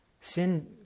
Sin